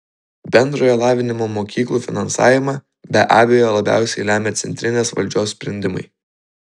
bendrojo lavinimo mokyklų finansavimą be abejo labiausiai lemia centrinės valdžios sprendimai